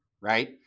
right